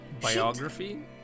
Biography